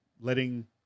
letting